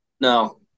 No